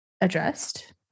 addressed